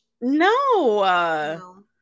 No